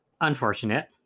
unfortunate